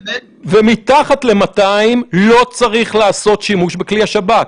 ומתחת ל-200 לא צריך לעשות שימוש בכלי השב"כ.